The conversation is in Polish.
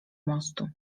mostu